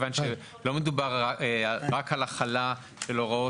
מכיוון שלא מדובר רק על החלה של הוראות